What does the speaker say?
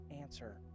answer